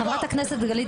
חברת הכנסת גלית